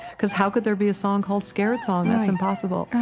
because how could there be a song called scared song? that's impossible.